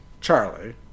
Charlie